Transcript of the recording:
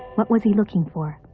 what was he looking for?